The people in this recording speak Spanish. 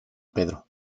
pedro